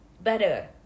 better